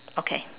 okay